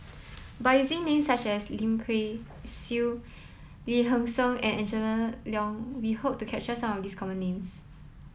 by using names such as Lim Kay Siu Lee Hee Seng and Angela Liong we hope to capture some of the common names